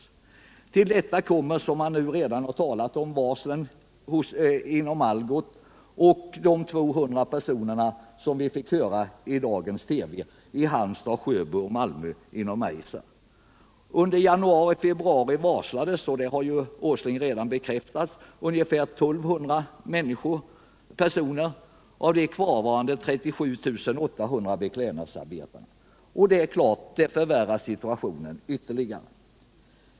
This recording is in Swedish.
Nr 98 Till detta kommer att man nu, såsom redan framhållits i debatten, inom Algots har varslat 700 anställda om uppsägning och att vi i dag på morgonen genom massmedia fick upplysningen att Eiser skall varsla 200 personer i Halmstad, Sjöbo och Malmö. Under januari och februari varslades, såsom industriministern redan bekräftat, ca I 200 personer av de kvarvarande 37 800 beklädnadsarbetarna. Detta förvärrar situationen ytterligare.